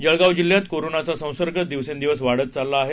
जळगाव जिल्ह्यात कोरोनाचा संसर्ग दिवसेंदिवस वाढतच चालला आहे